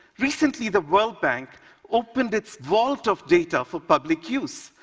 recently, the world bank opened its vault of data for public use,